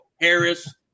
Harris